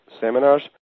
seminars